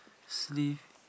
sleeve